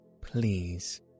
please